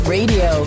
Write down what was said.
Radio